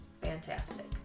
fantastic